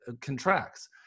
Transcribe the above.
contracts